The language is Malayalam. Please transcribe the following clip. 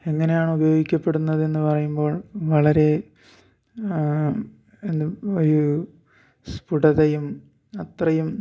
എങ്ങനെയാണ് ഉപയോഗിക്കപ്പെടുന്നതെന്ന് പറയുമ്പോൾ വളരെ എന്നും ഒരു സ്പുടതയും അത്രയും